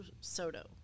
Soto